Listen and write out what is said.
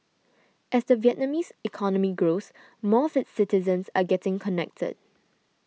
as the Vietnamese economy grows more of its citizens are getting connected